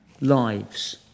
lives